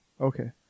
Okay